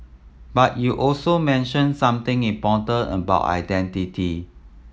but you also mentioned something important about identity